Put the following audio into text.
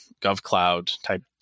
GovCloud-type